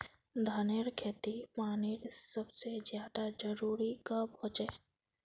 धानेर खेतीत पानीर सबसे ज्यादा जरुरी कब होचे?